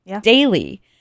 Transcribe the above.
daily